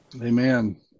Amen